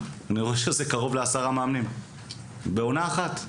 אני רואה שזה קרוב לעשרה מאמנים בעונה אחת.